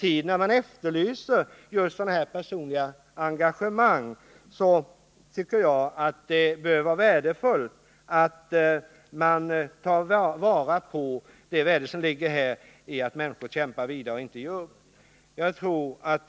I en tid när personligt engagemang efterlyses tycker jag det bör vara värdefullt att ta vara på det som ligger i att människor kämpar vidare och inte ger upp.